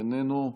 איננו,